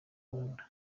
rwanda